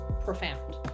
profound